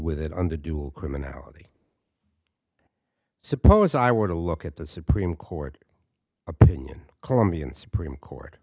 with it under dual criminality suppose i were to look at the supreme court opinion colombian supreme court